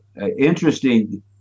interesting